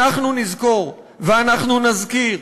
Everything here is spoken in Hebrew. אנחנו נזכור ואנחנו נזכיר.